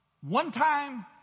one-time